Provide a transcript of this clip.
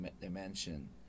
dimension